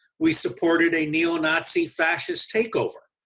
we supported a neo nazi fascist takeover.